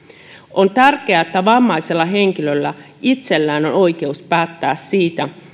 on tärkeää että vammaisella henkilöllä itsellään on oikeus päättää siitä